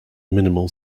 minimal